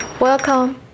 Welcome